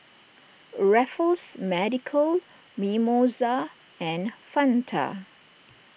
Raffles Medical Mimosa and Fanta